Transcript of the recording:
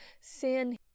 sin